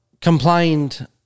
complained